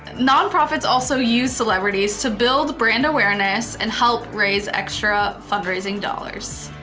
nonprofits also use celebrities to build brand awareness and help raise extra fundraising dollars.